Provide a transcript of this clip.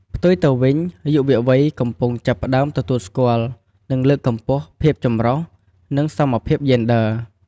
ផ្ទុយទៅវិញ យុវវ័យកំពុងចាប់ផ្ដើមទទួលស្គាល់ និងលើកកម្ពស់ ភាពចម្រុះ និង សមភាព យេនឌ័រ។